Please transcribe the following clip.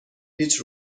هیچ